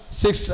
six